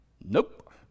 Nope